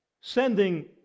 sending